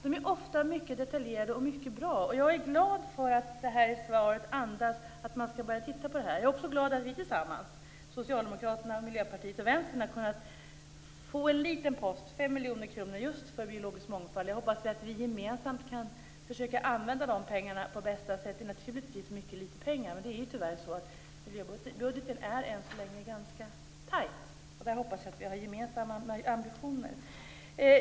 De är ofta mycket detaljerade och bra. Jag är glad över att svaret andades att frågan skall ses över. Jag är också glad att vi tillsammans, Socialdemokraterna, Miljöpartiet och Vänstern, har kunnat få en liten post, 5 miljoner kronor, för just biologisk mångfald. Jag hoppas att vi gemensamt kan försöka använda de pengarna på bästa sätt. Det är naturligtvis lite pengar, och tyvärr är budgeten ganska tajt. Jag hoppas att vi har gemensamma ambitioner.